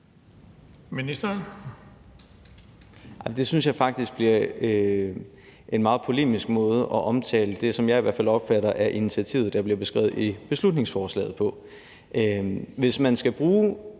Nej, det synes jeg faktisk er en meget polemisk måde at omtale det, som jeg i hvert fald opfatter er initiativet, der bliver beskrevet i beslutningsforslaget, på. Hvis man skal bruge